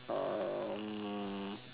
um